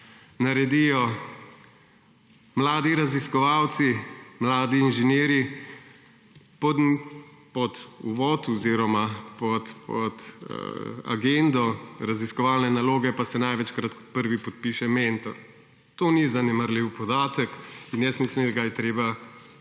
naredijo mladi raziskovalci, mladi inženirji, pod agendo raziskovalne naloge pa se največkrat prvi podpiše mentor. To ni zanemarljiv podatek in mislim, da ga je treba